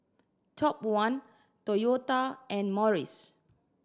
Top One Toyota and Morries